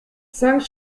cinq